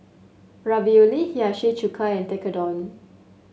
Ravioli Hiyashi Chuka and Tekkadon